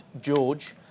George